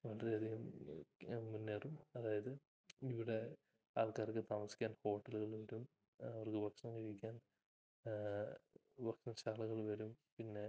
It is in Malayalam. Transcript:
വളരെയധികം മുന്നേറും അതായത് ഇവിടെ ആൾക്കാർക്ക് താമസിക്കാൻ ഹോട്ടലുകള് വരും അവർക്ക് ഭക്ഷണം കഴിക്കാൻ ഭക്ഷണ ശാലകൾ വരും പിന്നെ